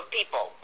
people